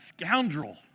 scoundrel